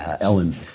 Ellen